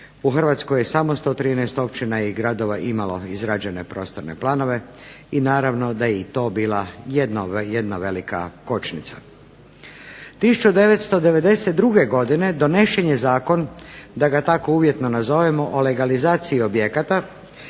u Hrvatskoj samo je 113 općina i gradova imalo izrađene prostorne planove i naravno da je i to bila jedna velika kočnica. 1992. godine donesen je zakon da ga tako uvjetno nazovemo o legalizaciji objekata